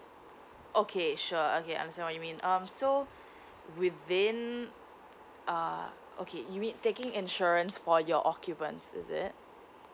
okay sure okay answer you mean um so within uh okay you mean taking insurance for your occupants is it